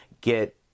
get